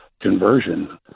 conversion